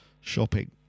Shopping